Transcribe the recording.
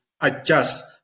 adjust